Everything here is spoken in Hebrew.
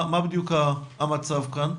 מה בדיוק המצב כאן?